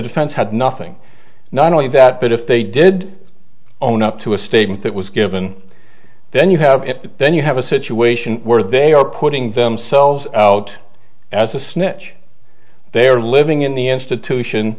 defense had nothing not only that but if they did own up to a statement that was given then you have then you have a situation where they are putting themselves out as the snitch they are living in the institution